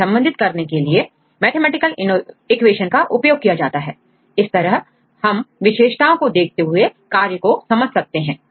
इन्हें संबंधित करने के लिए मैथमेटिकल इक्वेशन का उपयोग किया जाता है इस तरह हम विशेषताओं को देखते हुए कार्य को समझ सकते हैं